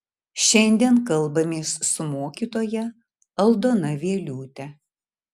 šiandien kalbamės su mokytoja aldona vieliūte